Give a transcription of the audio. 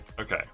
okay